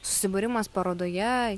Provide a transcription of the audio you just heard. susibūrimas parodoje